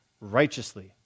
righteously